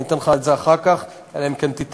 אני אתן לך את זה אחר כך, אלא אם כן תתעקש.